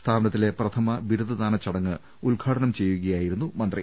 സ്ഥാപനത്തിലെ പ്രഥമ ബിരുദദാന ചടങ്ങ് ഉദ്ഘാട്നം ചെയ്യുകയായി രുന്നു മന്ത്രി